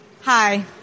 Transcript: hi